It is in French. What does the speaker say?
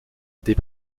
des